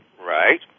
Right